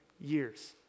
years